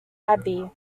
abbey